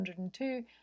102